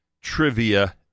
trivia